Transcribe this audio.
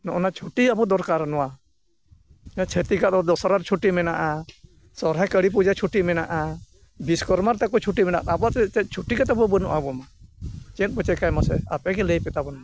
ᱱᱚᱜᱼᱚ ᱱᱚᱣᱟ ᱪᱷᱩᱴᱤ ᱟᱵᱚ ᱫᱚᱨᱠᱟᱨ ᱱᱚᱣᱟ ᱪᱷᱟᱹᱛᱤᱠᱟᱜ ᱫᱚ ᱫᱚᱥᱮᱨᱟ ᱪᱷᱩᱴᱤ ᱢᱮᱱᱟᱜᱼᱟ ᱥᱚᱦᱚᱨᱟᱭ ᱠᱟᱹᱞᱤ ᱯᱩᱡᱟᱹ ᱪᱷᱩᱴᱤ ᱢᱮᱱᱟᱜᱼᱟ ᱵᱤᱥᱥᱚ ᱠᱚᱨᱢᱟ ᱨᱮ ᱛᱟᱠᱚ ᱪᱷᱩᱴᱤ ᱢᱮᱱᱟᱜᱼᱟ ᱟᱵᱚᱣᱟᱜ ᱫᱚ ᱪᱮᱫ ᱪᱷᱩᱴᱤ ᱜᱮ ᱛᱟᱵᱚ ᱵᱟᱹᱱᱩᱜᱼᱟ ᱟᱵᱚᱢᱟ ᱪᱮᱫ ᱵᱚᱱ ᱪᱤᱠᱟᱹᱭᱟ ᱢᱟᱥᱮ ᱟᱯᱮ ᱜᱮ ᱞᱟᱹᱭ ᱯᱮ ᱛᱟᱵᱚᱱ ᱢᱟ